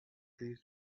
raised